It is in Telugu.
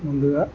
ముందుగా